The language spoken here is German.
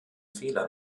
fehler